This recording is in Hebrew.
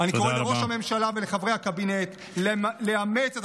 אני קורא לראש הממשלה ולחברי הקבינט לאמץ את